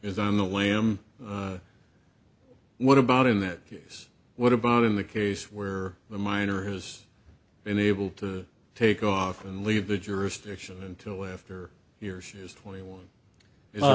is on the way i'm what about in that case what about in the case where the minor has been able to take off and leave the jurisdiction until way after he or she is twenty one